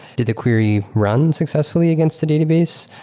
did the query run successfully against the database?